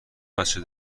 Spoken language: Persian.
بچه